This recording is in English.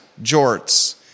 jorts